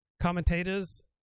commentators